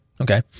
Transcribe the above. Okay